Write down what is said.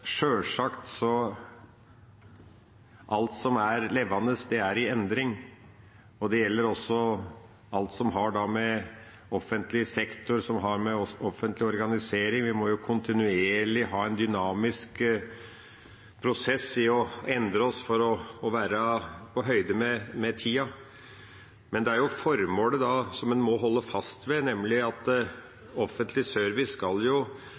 sjølsagt er alt som er levende, i endring. Det gjelder også alt som har med offentlig sektor, offentlig organisering å gjøre. Vi må kontinuerlig ha en dynamisk prosess med å endre oss for å være på høyde med tida. Men man må holde fast ved formålet, nemlig at offentlig service skal